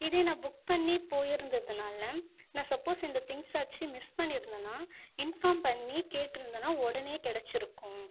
இதே நான் புக் பண்ணி போயிருந்ததுனால நான் சப்போஸ் எந்த திங்ஸாச்சும் மிஸ் பண்ணியிருந்தேன்னா இன்ஃபாம் பண்ணி கேட்டிருந்தேனா உடனே கிடச்சிருக்கும்